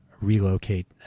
relocate